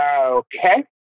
okay